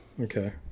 Okay